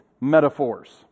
metaphors